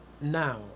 now